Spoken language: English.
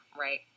right